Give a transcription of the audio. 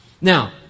Now